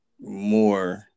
more